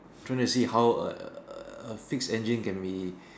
trying to see how err fix engine can be